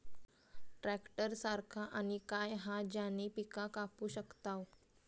Tractor सारखा आणि काय हा ज्याने पीका कापू शकताव?